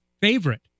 favorite